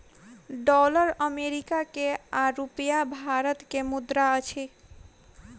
dollar America के आ रूपया भारत के मुद्रा अछि